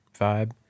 vibe